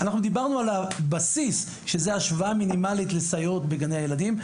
אנחנו דיברנו על הבסיס שזה השוואה מינימלית לסייעות בגני הילדים.